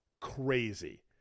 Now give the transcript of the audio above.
crazy